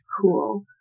cool